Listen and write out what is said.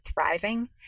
thriving